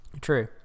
True